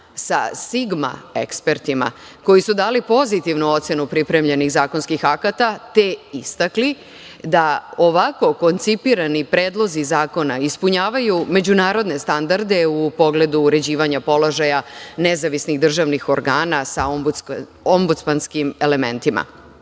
sa SIGMA ekspertima koji su dali pozitivnu ocenu pripremljenih zakonskih akata, te istakli da ovako koncipirani predlozi zakona ispunjavaju međunarodne standarde u pogledu uređivanja položaja nezavisnih državnih organa sa ombudsmanskim elementima. Na